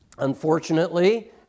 Unfortunately